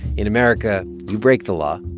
in america, you break the law.